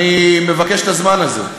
הנה, תבקש זכות תגובה עכשיו?